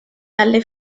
dalle